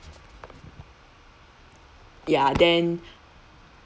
ya then